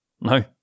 No